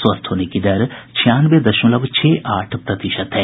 स्वस्थ होने की दर छियानवे दशमलव छह आठ प्रतिशत है